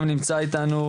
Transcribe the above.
גם נמצא איתנו